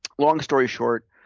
long story short,